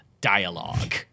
dialogue